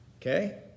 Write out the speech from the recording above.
okay